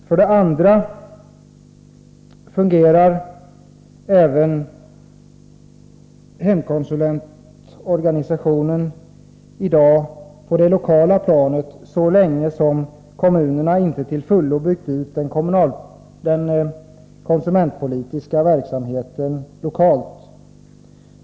För det andra fungerar hemkonsulentorganisationen i dag även på det lokala planet så länge som kommunerna inte till fullo byggt ut den konsumentpolitiska verksamheten lokalt.